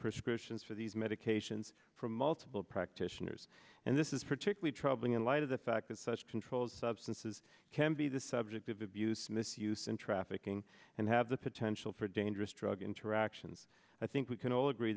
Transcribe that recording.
prescriptions for these medications from multiple practitioners and this is particularly troubling in light of the fact that such controlled substances can be the subject of abuse misuse and trafficking and have the potential for dangerous drug interactions i think we can all agree